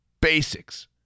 basics